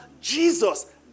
Jesus